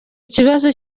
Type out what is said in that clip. ikibazo